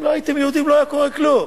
אם לא הייתם יהודים לא היה קורה כלום.